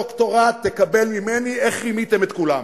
דוקטורט תקבל ממני איך רימיתם את כולם.